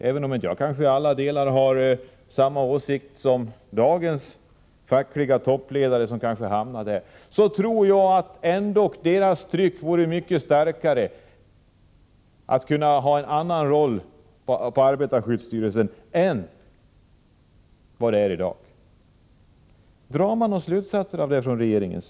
Även om jag inte till alla delar har samma åsikter som dagens fackliga toppledare, som kanske skulle hamna där, tror jag att deras tryck då skulle vara mycket starkare än i dag och att de skulle få en annan roll för arbetarskyddsstyrelsen.